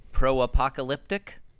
pro-apocalyptic